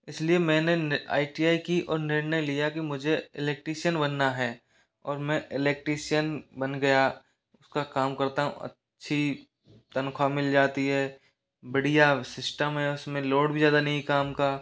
इसलिए मैंने I T I की और निर्णय लिया कि मुझे इलेक्ट्रीशियन बनना है और मैं इलेक्ट्रीशियन बन गया उसका काम करता हूँ अच्छी तनख्वाह मिल जाती है बढ़िया सिस्टम है उसमें लोड भी ज़्यादा नहीं है काम का